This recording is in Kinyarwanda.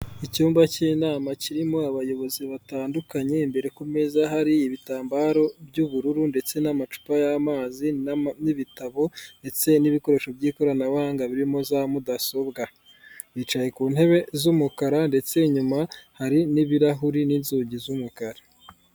Icyumba cy'inama kirimo abayobozi batandukanye, imbere ku meza hari ibitambaro by'ubururu ndetse n'amacupa y'amazi n'ibitabo ndetse n'ibikoresho by'ikoranabuhanga birimo za mudasobwa, yicaye ku ntebe z'umukara ndetse inyuma hari n'ibirahuri n'inzugi z'umukara.